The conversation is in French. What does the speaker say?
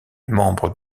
membre